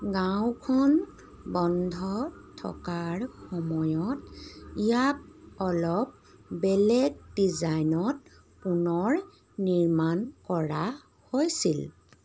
গাঁওখন বন্ধ থকাৰ সময়ত ইয়াক অলপ বেলেগ ডিজাইনত পুনৰ নিৰ্মাণ কৰা হৈছিল